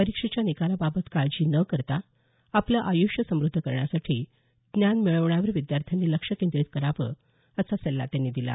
परीक्षेच्या निकालाबाबत काळजी न करता आपलं आय्ष्य समद्ध करण्यासाठी ज्ञान मिळवण्यावर विद्यार्थ्यांनी लक्ष केंद्रीत करावं असा सल्ला त्यांनी दिला